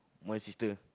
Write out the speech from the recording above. my sister